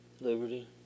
Liberty